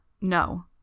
No